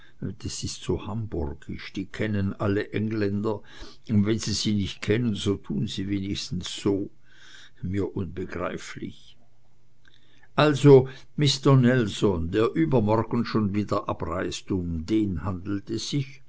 das ist so hamburgisch die kennen alle engländer und wenn sie sie nicht kennen so tun sie wenigstens so mir unbegreiflich also mister nelson der übermorgen schon wieder abreist um den handelt es sich